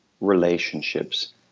relationships